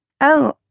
Oh